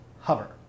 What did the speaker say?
hover